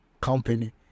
company